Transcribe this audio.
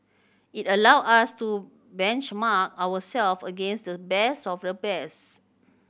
it allowed us to benchmark ourselves against the best of the best